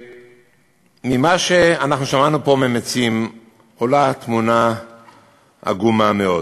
ממה שאנחנו שמענו פה מהמציעים עולה תמונה עגומה מאוד.